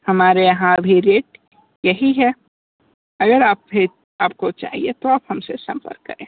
हमारे यहाँ अभी रेट यही है अगर आप फिर आपको चाहिए तो हम से सम्पर्क करें